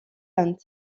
end